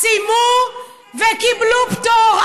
סיימו וקיבלו פטור.